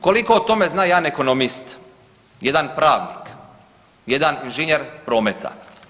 Koliko o tome zna jedan ekonomist, jedan pravnik, jedan inženjer prometa?